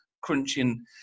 crunching